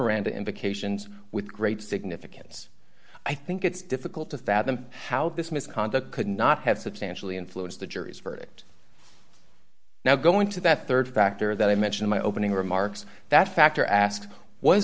miranda invocations with great significance i think it's difficult to fathom how this misconduct could not have substantially influenced the jury's verdict now going to that rd factor that i mention in my opening remarks that factor asked was